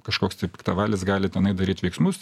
kažkoks tai piktavalis gali tenai daryt veiksmus